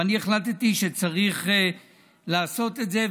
ואני החלטתי שצריך לעשות את זה.